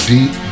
Deep